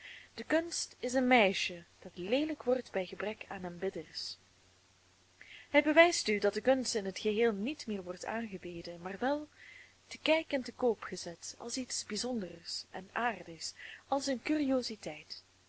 de kunst is een meisje dat leelijk wordt bij gebrek aan aanbidders hij bewijst u dat de kunst in het geheel niet meer wordt aangebeden maar wel te kijk en te koop gezet als iets bijzonders en aardigs als eene curiositeit